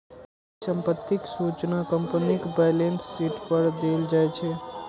परिसंपत्तिक सूचना कंपनीक बैलेंस शीट पर देल जाइ छै